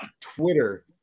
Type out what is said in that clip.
Twitter